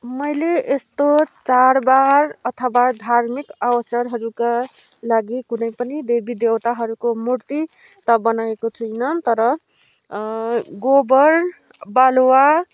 मैले यस्तो चाडबाड अथवा धार्मिक अवसरहरूका लागि कुनै पनि देवीदेउताहरूको मूर्ति त बनाएको छुइनँ तर गोबर बालुवा